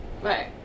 right